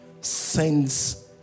sends